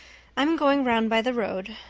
i'm going round by the road.